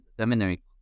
seminary